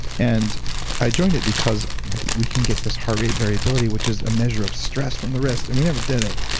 and i joined it because i think we can get this heart rate variability, which is a measure of stress from the wrist. and we never did it.